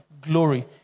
glory